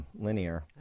linear